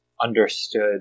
understood